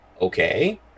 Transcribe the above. Okay